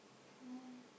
oh